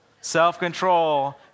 Self-control